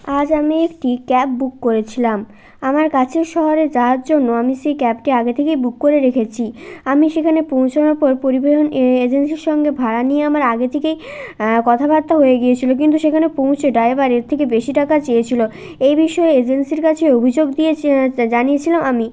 আজ আমি একটি ক্যাব বুক করেছিলাম আমার কাছের শহরে যাওয়ার জন্য আমি সেই ক্যাবটি আগে থেকেই বুক করে রেখেছি আমি সেখানে পৌঁছানোর পর পরিবহণ এজেন্সির সঙ্গে ভাড়া নিয়ে আমার আগে থেকেই কথাবার্তা হয়ে গিয়েছিল কিন্তু সেখানে পৌঁছে ড্রাইভার এর থেকে বেশি টাকা চেয়েছিল এই বিষয়ে এজেন্সির কাছে অভিযোগ দিয়ে জানিয়েছিলাম আমি